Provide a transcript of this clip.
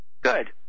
Good